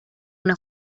una